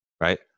right